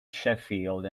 sheffield